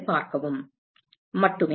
மட்டுமே